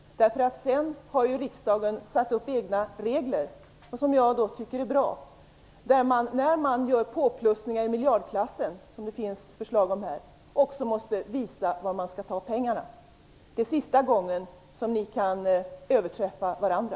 Sedan har ju riksdagen egna regler, vilka jag tycker är bra. När man plussar på med belopp i miljardklassen - sådana förslag finns det här - måste man alltså även visa var pengarna skall tas. Det är alltså sista gången som ni kan överträffa varandra.